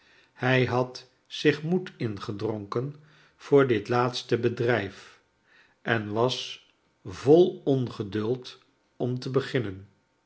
hij had zich moed ingedronken voor dit laatste bedrijf en was vol ongeduld om te beginnen